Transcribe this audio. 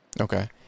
okay